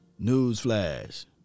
newsflash